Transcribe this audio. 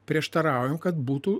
prieštaraujam kad būtų